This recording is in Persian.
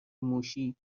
موشی